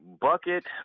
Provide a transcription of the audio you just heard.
Bucket